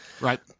Right